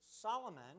Solomon